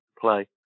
play